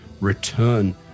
return